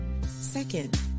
Second